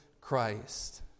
Christ